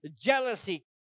jealousy